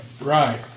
Right